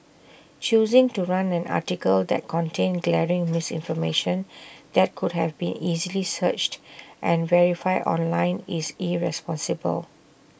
choosing to run an article that contained glaring misinformation that could have been easily searched and verified online is irresponsible